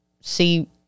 see